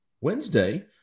Wednesday